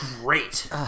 great